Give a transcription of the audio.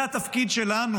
זה התפקיד שלנו